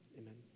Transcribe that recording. amen